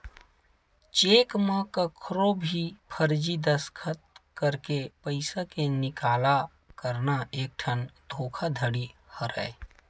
cheque म कखरो भी फरजी दस्कत करके पइसा के निकाला करना एकठन धोखाघड़ी हरय